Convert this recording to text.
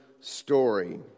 story